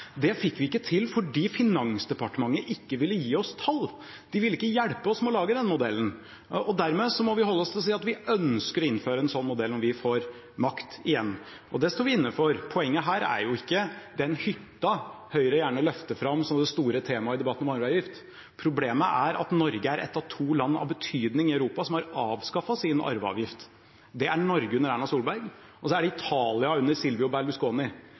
Det fikk vi ikke til fordi Finansdepartementet ikke ville gi oss tall. De ville ikke hjelpe oss med å lage den modellen. Dermed må vi holde oss til å si at vi ønsker å innføre en slik modell om vi får makt igjen. Og det står vi inne for. Poenget her er ikke den hytta Høyre gjerne løfter fram som det store temaet i debatten om arveavgift, problemet er at Norge er ett av to land av betydning i Europa som har avskaffet sin arveavgift. Det er Norge under Erna Solberg, og så er det Italia under Silvio